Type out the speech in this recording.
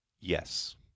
Yes